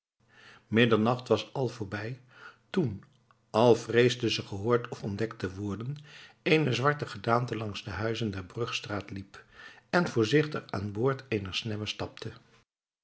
middernacht was al voorbij toen al vreesde ze gehoord of ontdekt te worden eene zwarte gedaante langs de huizen der bruggestraat liep en voorzichtig aanboord eener snebbe stapte